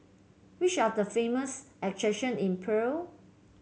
which are the famous attraction in Praia